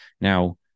now